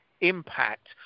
impact